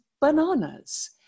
bananas